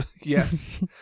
Yes